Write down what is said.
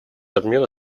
обмена